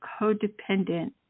codependent